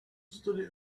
study